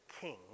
king